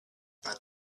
but